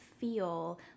feel